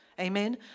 Amen